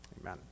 Amen